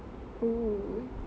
oo